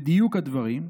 בדיוק הדברים.